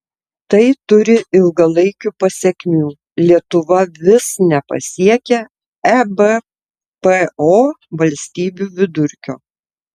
tai turi ilgalaikių pasekmių lietuva vis nepasiekia ebpo valstybių vidurkio